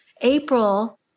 April